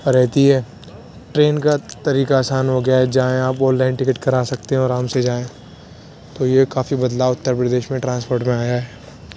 رہتی ہے ٹرین کا طریقہ آسان ہو گیا ہے جائیں آپ آن لائن ٹکٹ کرا سکتے ہیں آرام سے جائیں تو یہ کافی بدلاؤ اتّر پردیش میں ٹرانسپورٹ میں آیا ہے